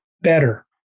better